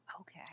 okay